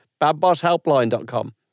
badbosshelpline.com